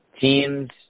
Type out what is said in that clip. team's